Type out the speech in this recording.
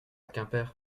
quimper